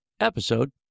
episode